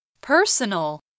Personal